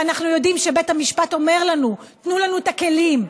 ואנחנו יודעים שבית המשפט אומר לנו: תנו לנו את הכלים,